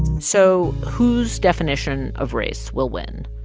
so whose definition of race will win?